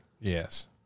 Yes